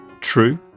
True